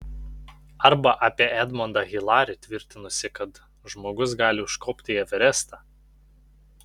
arba apie edmondą hilarį tvirtinusį kad žmogus gali užkopti į everestą